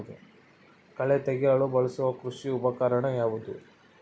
ಕಳೆ ತೆಗೆಯಲು ಬಳಸುವ ಕೃಷಿ ಉಪಕರಣ ಯಾವುದು?